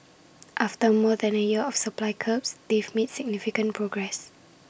after more than A year of supply curbs they've made significant progress